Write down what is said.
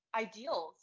ideals